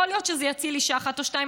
יכול להיות שזה יציל אישה אחת או שתיים,